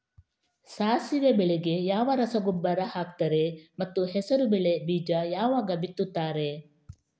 ಸಾಸಿವೆ ಬೆಳೆಗೆ ಯಾವ ರಸಗೊಬ್ಬರ ಹಾಕ್ತಾರೆ ಮತ್ತು ಹೆಸರುಬೇಳೆ ಬೀಜ ಯಾವಾಗ ಬಿತ್ತುತ್ತಾರೆ?